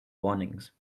warnings